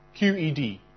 QED